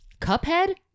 Cuphead